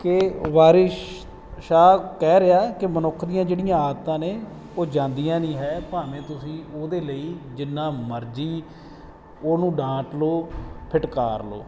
ਕਿ ਵਾਰਿਸ ਸ਼ਾਹ ਕਹਿ ਰਿਹਾ ਕਿ ਮਨੁੱਖ ਦੀਆਂ ਜਿਹੜੀਆਂ ਆਦਤਾਂ ਨੇ ਉਹ ਜਾਂਦੀਆਂ ਨਹੀਂ ਹੈ ਭਾਵੇਂ ਤੁਸੀਂ ਉਹਦੇ ਲਈ ਜਿੰਨਾ ਮਰਜ਼ੀ ਉਹਨੂੰ ਡਾਂਟ ਲਓ ਫਿਟਕਾਰ ਲਓ